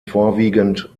vorwiegend